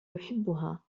يحبها